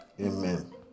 Amen